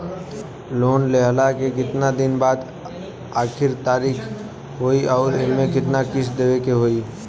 Loan लेहला के कितना दिन के बाद आखिर तारीख होई अउर एमे कितना किस्त देवे के होई?